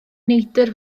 neidr